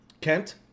Kent